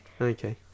Okay